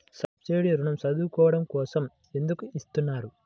Subsidy ఋణం చదువుకోవడం కోసం ఎందుకు ఇస్తున్నారు?